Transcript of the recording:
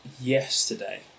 yesterday